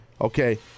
Okay